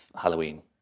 Halloween